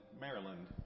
Maryland